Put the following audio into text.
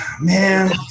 Man